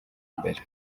mbere